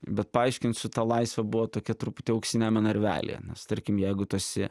bet paaiškinsiu ta laisvė buvo tokia truputį auksiniame narvelyje nes tarkim jeigu tu esi